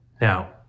Now